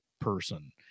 person